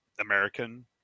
American